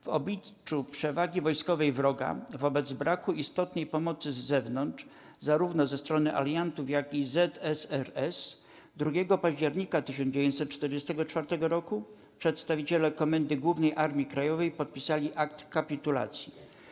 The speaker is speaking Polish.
W obliczu przewagi wojskowej wroga, wobec braku istotnej pomocy z zewnątrz, zarówno ze strony aliantów, jak i ZSRS, 2 października 1944 r. przedstawiciele Komendy Głównej Armii Krajowej podpisali akt kapitulacji.